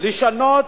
לשנות